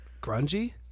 grungy